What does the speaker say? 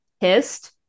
pissed